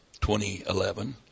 2011